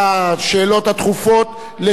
אדוני סגן מזכירת הכנסת,